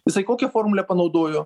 jisai kokią formulę panaudojo